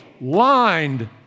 lined